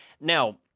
Now